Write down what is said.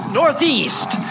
northeast